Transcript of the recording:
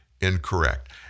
incorrect